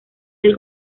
del